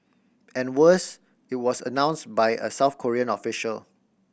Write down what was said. and worse it was announced by a South Korean official